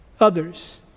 others